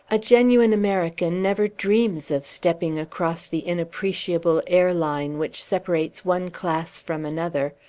a genuine american never dreams of stepping across the inappreciable air-line which separates one class from another.